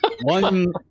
One